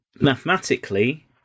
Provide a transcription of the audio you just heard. mathematically